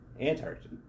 Antarctic